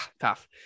Tough